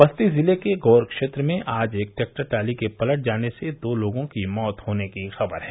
बस्ती जिले के गौर क्षेत्र में आज एक ट्रैक्टर ट्रॉली के पलट जाने से दो लोगों की मौत होने की खबर है